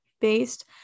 based